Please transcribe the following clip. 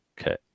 Okay